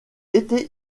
été